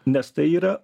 nes tai yra